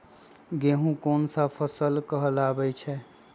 गेहूँ कोन सा फसल कहलाई छई?